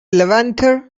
levanter